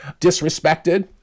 disrespected